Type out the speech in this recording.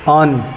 on